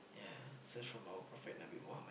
yeah so it's from our Prophet-Nabi-Mohammed lah